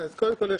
קודם כל,